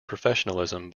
professionalism